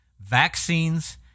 vaccines